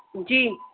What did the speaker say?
جی